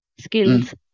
skills